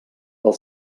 pel